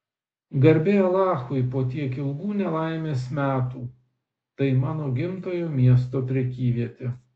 garbė alachui po tiek ilgų nelaimės metų tai mano gimtojo miesto prekyvietė